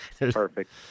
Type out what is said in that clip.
Perfect